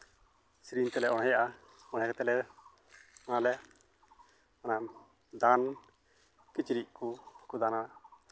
ᱥᱮᱨᱮᱧ ᱛᱮᱞᱮ ᱚᱬᱦᱮᱭᱟᱜᱼᱟ ᱚᱬᱦᱮ ᱠᱟᱛᱮᱫ ᱞᱮ ᱚᱱᱟᱞᱮ ᱚᱱᱟ ᱫᱟᱱ ᱠᱤᱪᱨᱤᱡᱽ ᱠᱚ ᱫᱟᱱᱟ